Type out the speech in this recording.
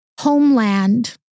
homeland